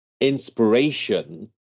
inspiration